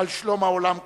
לשלום העולם כולו,